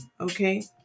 okay